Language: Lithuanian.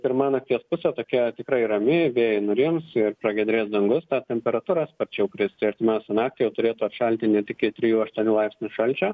pirma nakties pusė tokia tikrai rami vėjai nurims ir pragiedrės dangus temperatūra sparčiau kris tai artimiausią naktį jau turėtų atšalti net iki trijų aštuonių laipsnių šalčio